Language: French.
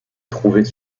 trouvées